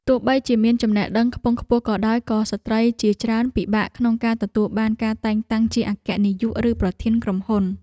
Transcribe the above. ទោះបីជាមានចំណេះដឹងខ្ពង់ខ្ពស់ក៏ដោយក៏ស្ត្រីជាច្រើនពិបាកក្នុងការទទួលបានការតែងតាំងជាអគ្គនាយក ឬប្រធានក្រុមហ៊ុន។